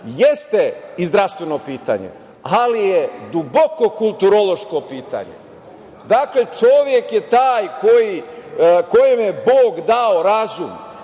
jeste i zdravstveno pitanje, ali je duboko kulturološko pitanje. Dakle, čovek je taj kojem je Bog dao razum,